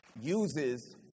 uses